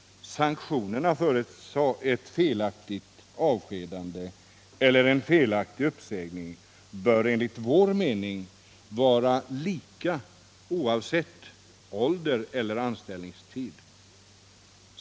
Sanktionerna för ett felaktigt avskedande eller en felaktig uppsägning bör enligt vår mening vara lika oavsett ålder eller anställningstid.